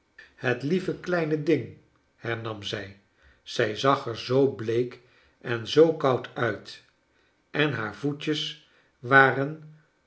het lieve kleine ding hernam zij zij zag er zoo bleek en zoo koud uit en haar voetjes waren